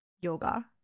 yoga